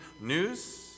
news